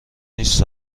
نیست